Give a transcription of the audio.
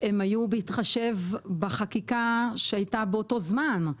הם היו בהתחשב בחקיקה שהייתה באותו זמן.